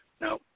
No